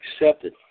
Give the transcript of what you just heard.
accepted